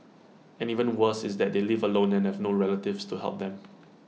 and even worse is that they live alone and have no relatives to help them